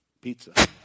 Pizza